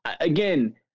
again